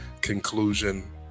conclusion